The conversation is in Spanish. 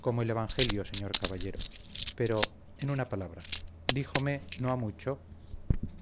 como el evangelio señor caballero pero en una palabra díjome no ha mucho